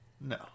No